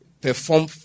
perform